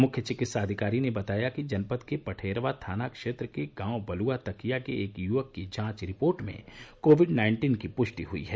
मुख्य चिकित्साधिकारी ने बताया कि जनपद के पटहेरवा थाना क्षेत्र के गांव बलुआ तकिया के एक युवक की जांच रिपोर्ट में कोविड नाइन्टीन की पुष्टि हुई है